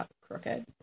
crooked